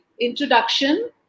introduction